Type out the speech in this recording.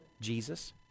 Jesus